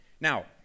Now